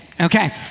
Okay